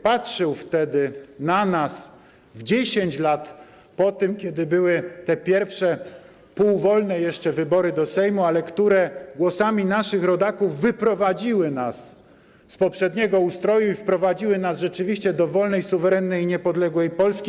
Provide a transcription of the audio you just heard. Patrzył wtedy na nas, w 10 lat po tym, kiedy były te pierwsze półwolne jeszcze wybory do Sejmu, ale które głosami naszych rodaków wyprowadziły nas z poprzedniego ustroju i wprowadziły nas rzeczywiście do wolnej, suwerennej i niepodległej Polski.